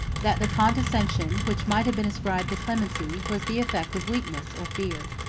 that the condescension, which might have been ascribed to clemency, was the effect of weakness or fear.